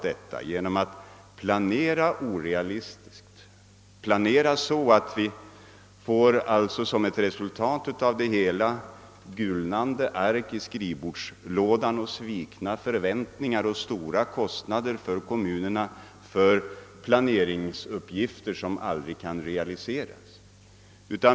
Det är att planera orealistiskt med resultat att kommunerna får gulnande ark i skrivbordslådorna, svikna förväntningar och stora kostnader för planer som aldrig kan realiseras.